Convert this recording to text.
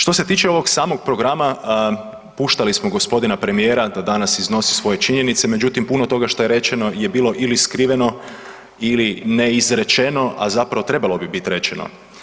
Što se tiče ovog samog programa, puštali smo g. premijera da danas iznosi svoje činjenice, međutim, puno toga što je rečeno je bilo ili skriveno ili neizrečeno, a zapravo trebalo bi biti rečeno.